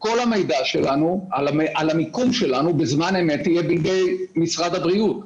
כי כל המידע על המיקום שלנו בזמן אמת יהיה בידי משרד הבריאות,